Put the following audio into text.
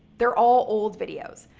they're all old videos.